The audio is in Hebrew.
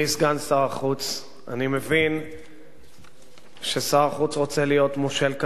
שלמה מולה, אני אודה לך אם תבוא להחליף אותי.